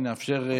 סדר-היום,